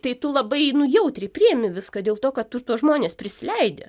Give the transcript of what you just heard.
tai tu labai jautriai priimi viską dėl to kad už tuos žmones prisileidi